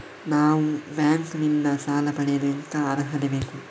ನಾವು ಬ್ಯಾಂಕ್ ನಿಂದ ಸಾಲ ಪಡೆಯಲು ಎಂತ ಅರ್ಹತೆ ಬೇಕು?